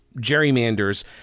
gerrymanders